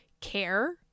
care